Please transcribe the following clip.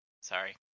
Sorry